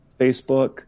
Facebook